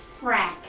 Frack